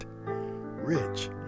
Rich